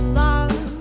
love